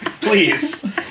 Please